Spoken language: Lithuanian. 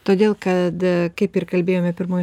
todėl kad kaip ir kalbėjome pirmoj